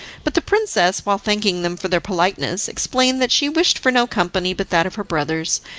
but the princess, while thanking them for their politeness, explained that she wished for no company but that of her brothers,